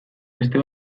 beste